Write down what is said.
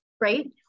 right